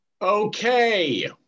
Okay